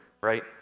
right